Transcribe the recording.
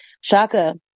Shaka